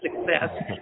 success